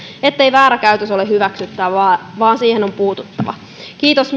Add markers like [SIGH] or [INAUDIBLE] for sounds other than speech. ettei väärä käytös ole hyväksyttävää vaan siihen on puututtava kiitos [UNINTELLIGIBLE]